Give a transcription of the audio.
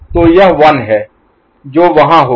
तो यह 1 है जो वहाँ होगा